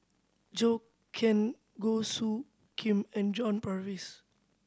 Zhou Can Goh Soo Khim and John Purvis